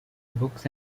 books